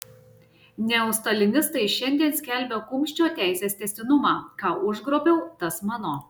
neostalinistai šiandien skelbia kumščio teisės tęstinumą ką užgrobiau tas mano